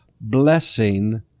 blessing